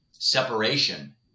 separation